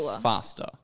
faster